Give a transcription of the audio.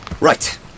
Right